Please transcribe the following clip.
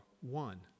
one